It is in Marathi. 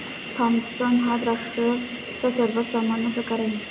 थॉम्पसन हा द्राक्षांचा सर्वात सामान्य प्रकार आहे